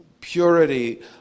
purity